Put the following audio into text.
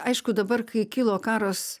aišku dabar kai kilo karas